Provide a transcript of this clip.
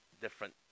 different